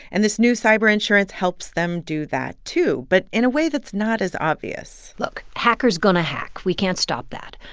and this new cyber insurance helped them do that, too, but in a way that's not as obvious look hackers gonna hack. we can't stop that.